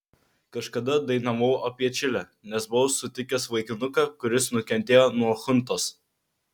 kažkada dainavau apie čilę nes buvau sutikęs vaikinuką kuris nukentėjo nuo chuntos